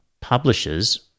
publishers